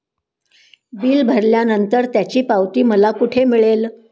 Bill भरल्यानंतर त्याची पावती मला कुठे मिळेल?